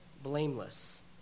blameless